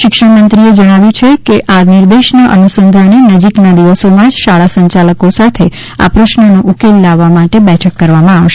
શિક્ષણ મંત્રી શ્રી એ જણાવ્યું છે કે આ નિર્દેશના અનુસંધાને નજીકના દિવસોમાં જ શાળા સંચાલકો સાથે આ પ્રશ્નનો ઉકેલ લાવવા માટે બેઠક કરવામાં આવશે